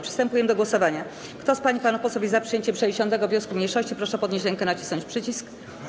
Przystępujemy do głosowania, Kto z pań i panów posłów jest za przyjęciem 60. wniosku mniejszości, proszę podnieść rękę i nacisnąć przycisk.